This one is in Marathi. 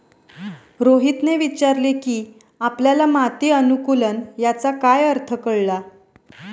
रोहितने विचारले की आपल्याला माती अनुकुलन याचा काय अर्थ कळला?